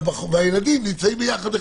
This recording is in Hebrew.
והילדים נמצאים יחד.